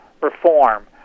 reform